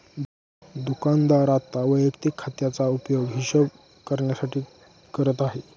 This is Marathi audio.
दुकानदार आता वैयक्तिक खात्याचा उपयोग हिशोब करण्यासाठी करत आहे